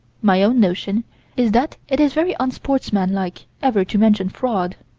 my own notion is that it is very unsportsmanlike ever to mention fraud.